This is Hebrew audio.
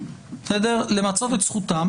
למצות זכותם.